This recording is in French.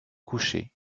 couchée